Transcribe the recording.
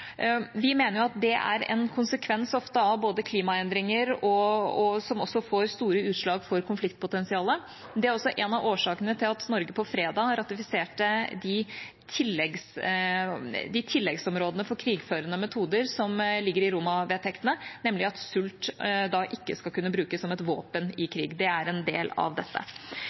Vi mener at det ofte er en konsekvens av klimaendringer, som også får store utslag for konfliktpotensialet. Det er også en av årsakene til at Norge på fredag ratifiserte de tilleggsområdene for krigførende metoder som ligger i Roma-vedtektene, nemlig at sult ikke skal kunne brukes som et våpen i krig. Det er en del av dette.